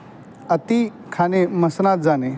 अति खाणे मसणात जाणे